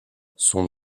son